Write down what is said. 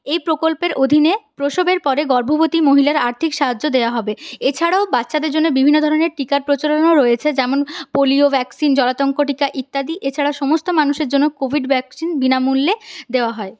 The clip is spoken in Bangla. এই প্রকল্পের অধীনে প্রসবের পড়ে গর্ভবতী মহিলার আর্থিক সাহায্য দেওয়া হবে এছাড়াও বাচ্চাদের জন্যে বিভিন্ন ধরনের টিকার প্রচলনও রয়েছে যেমন পোলিও ভ্যাকসিন জলাতঙ্ক টিকা ইত্যাদি এছাড়া সমস্ত মানুষের জন্য কোভিড ভ্যাকসিন বিনামূল্যে দেওয়া হয়